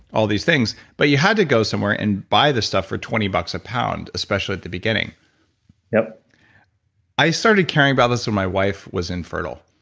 all of these things but you had to go somewhere and buy the stuff for twenty bucks a pound, especially at the beginning yup i started caring about this when my wife was infertile.